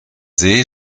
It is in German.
see